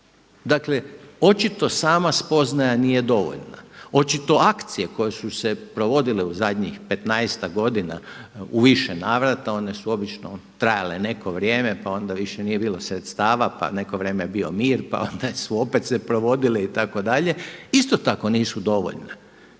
Dakle očito sama spoznaja nije dovoljna, očito akcije koje su se provodile u zadnji 15-ak godina u više navrata one su obično trajale neko vrijeme pa onda više nije bilo sredstava pa neko vrijeme je bio mir pa onda su opet se provodile itd., isto tako nisu dovoljne.